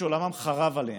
שעולמם חרב עליהם,